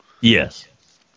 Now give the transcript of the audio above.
Yes